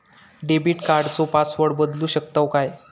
Debit कार्डचो password बदलु शकतव काय?